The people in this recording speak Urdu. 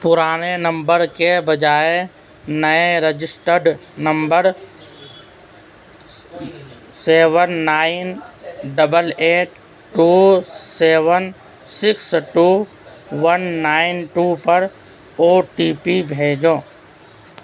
پرانے نمبر کے بجائے نئے registered number seven nine double eight two seven six two one nine two پر او ٹی پی بھیجو